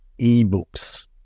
ebooks